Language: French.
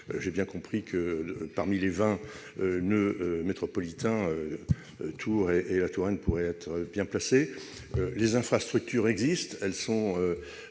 j'ai bien compris que, parmi les vingt noeuds métropolitains, le noeud de Tours et de la Touraine pourrait être bien placé. Les infrastructures existent, elles sont